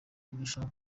irushanwa